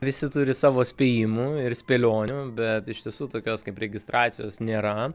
visi turi savo spėjimų ir spėlionių bet iš tiesų tokios kaip registracijos nėra